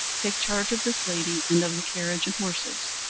take charge of this lady and of the carriage and horses,